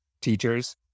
teachers